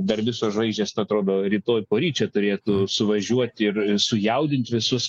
dar visos žvaigždės atrodo rytoj poryt čia turėtų suvažiuoti ir sujaudint visus